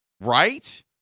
Right